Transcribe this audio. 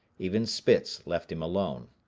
even spitz left him alone.